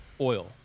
oil